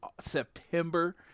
September